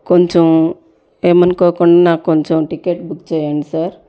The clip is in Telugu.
కొంచెం ఏమి అనుకోకుండా నాకు కొంచెం టికెట్ బుక్ చేయండి సార్